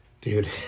dude